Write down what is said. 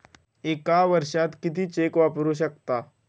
एका वर्षात किती चेक वापरू शकता?